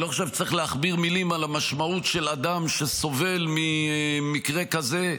אני לא חושב שצריך להכביר מילים על המשמעות של אדם שסובל ממקרה כזה,